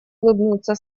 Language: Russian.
улыбнуться